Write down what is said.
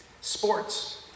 sports